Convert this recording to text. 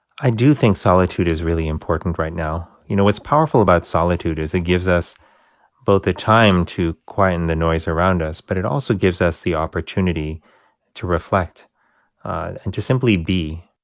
i do think solitude is really important right now. you know, what's powerful about solitude is it gives us both the time to quieten the noise around us, but it also gives us the opportunity to reflect and to simply be.